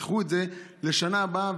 תדחו את זה לשנה הבאה,